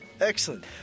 Excellent